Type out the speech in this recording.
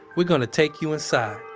we're gonna take you inside.